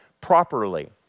properly